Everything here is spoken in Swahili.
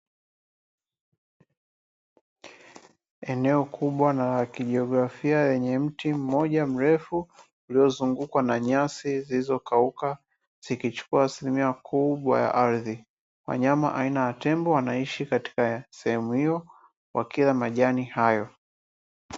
Eneo kubwa na la kijiografia lenye mti mmoja mrefu, lililozungukwa na nyasi zilizokauka zikichukua asilimia kubwa ya ardhi. Wanyama aina ya tembo wanaishi katika sehemu hiyo, wakila majani hayo.